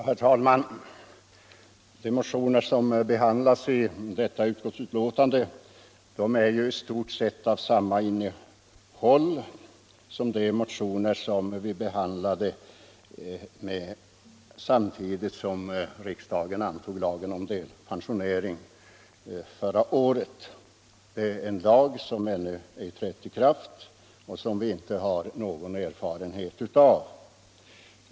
Herr talman! De motioner som behandlas i detta utskottsbetänkande är ju i stort sett av samma innehåll som de motioner som vi behandlade samtidigt som riksdagen antog lagen om delpensionering förra året. Det är en lag som ännu ej trätt i kraft och som vi inte har någon erfarenhet av.